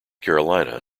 carolina